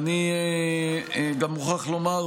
אני גם מוכרח לומר,